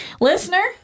Listener